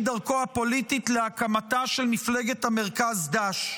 דרכו הפוליטית להקמתה של מפלגת המרכז ד"ש.